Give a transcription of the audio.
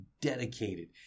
dedicated